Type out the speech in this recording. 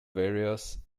various